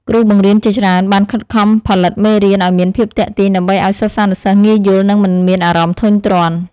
គ្រូបង្រៀនជាច្រើនបានខិតខំផលិតមេរៀនឱ្យមានភាពទាក់ទាញដើម្បីឱ្យសិស្សានុសិស្សងាយយល់ និងមិនមានអារម្មណ៍ធុញទ្រាន់។